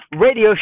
radio